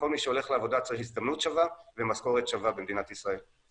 כל מי שהולך לעבודה צריך הזדמנות שווה ומשכורת שווה במדינת ישראל.